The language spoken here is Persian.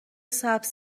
سبز